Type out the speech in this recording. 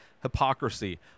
Hypocrisy